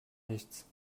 nichts